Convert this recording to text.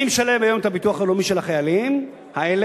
מי משלם היום את הביטוח הלאומי של החיילים האלה,